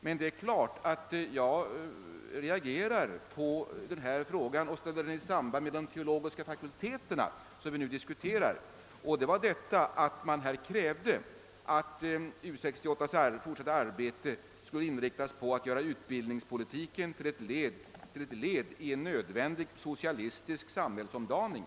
Men det är klart att jag reagerar i denna fråga och ställer den i samband med de teologiska fakulteterna som vi nu diskuterar. Det Socialdemokratiska studentförbundet krävde ju att U 68:s fortsatta 110 Nr 19 arbete skulle inriktas på att göra utbildningspolitiken till ett led i en nödvändig socialistisk samhällsomdaning.